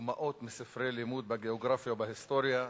דוגמאות מספרי לימוד בגיאוגרפיה ובהיסטוריה",